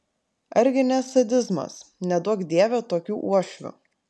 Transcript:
ar gi ne sadizmas neduok dieve tokių uošvių